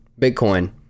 Bitcoin